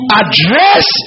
address